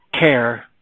care